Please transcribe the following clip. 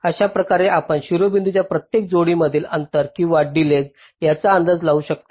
अशा प्रकारे आपण शिरोबिंदूच्या प्रत्येक जोडी मधील अंतर किंवा डिलेज याचा अंदाज लावू शकता